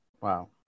wow